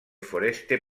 foreste